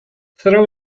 throw